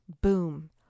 boom